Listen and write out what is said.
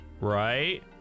right